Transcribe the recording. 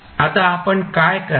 आता आपण काय कराल